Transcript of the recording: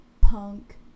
punk